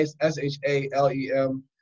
S-H-A-L-E-M